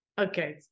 Okay